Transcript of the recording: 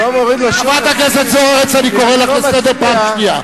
חברת הכנסת זוארץ, אני קורא לך לסדר פעם שנייה.